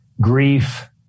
grief